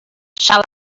shall